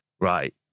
Right